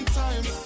time